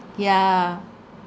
yeah